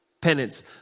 penance